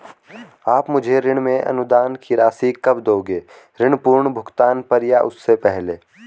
आप मुझे ऋण में अनुदान की राशि कब दोगे ऋण पूर्ण भुगतान पर या उससे पहले?